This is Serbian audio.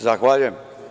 Zahvaljujem.